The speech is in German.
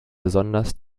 besonders